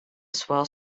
swell